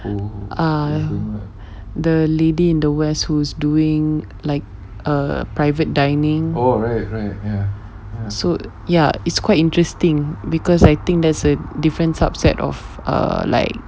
uh the lady in the west who's doing like a private dining so ya it's quite interesting because I think there's a different sub set of err like